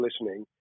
listening